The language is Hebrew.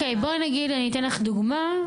אני אתן לך דוגמה.